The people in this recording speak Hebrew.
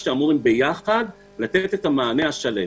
שאמורים ביחד לתת את המענה השלם.